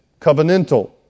covenantal